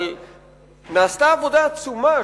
אבל נעשתה עבודה עצומה,